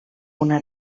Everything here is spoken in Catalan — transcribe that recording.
una